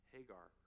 Hagar